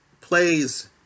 plays